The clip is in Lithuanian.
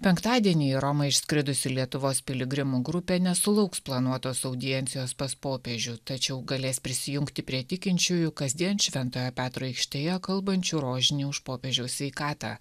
penktadienį į romą išskridusių lietuvos piligrimų grupė nesulauks planuotos audiencijos pas popiežių tačiau galės prisijungti prie tikinčiųjų kasdien šventojo petro aikštėje kalbančių rožinį už popiežiaus sveikatą